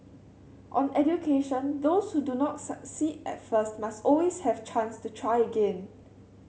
on education those who do not succeed at first must always have chance to try again